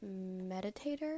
meditator